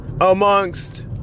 amongst